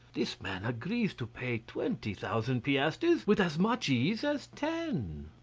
this man agrees to pay twenty thousand piastres with as much ease as ten.